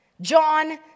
John